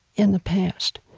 in the past.